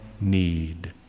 need